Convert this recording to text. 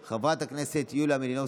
חוקה.